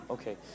Okay